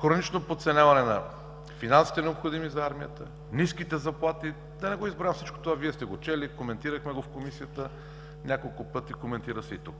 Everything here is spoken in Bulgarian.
хронично подценяване на финансите, необходими за армията, ниските заплати, да не изброявам всичко, чели сте го, коментирахме го в Комисията няколко пъти, коментира се и тук.